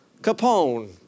Capone